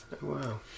Wow